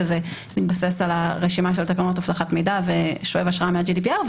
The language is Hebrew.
שזה מתבסס על הרשימה של תקנות אבטחת מידע ושואב השראה מה-GDPR.